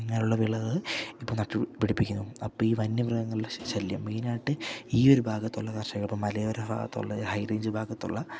അങ്ങനുള്ള വിളകൾ ഇപ്പം നട്ടു പിടിപ്പിക്കുന്നു അപ്പം ഈ വന്യമൃഗങ്ങളുടെ ശല്യം മെയിനായിട്ട് ഈ ഒരു ഭാഗത്തുള്ള കർഷകർ ഇപ്പം മലയോര ഭാഗത്തുള്ള ഹൈ റേഞ്ച് ഭാഗത്തുള്ള